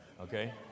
okay